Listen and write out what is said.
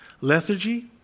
lethargy